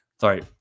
Sorry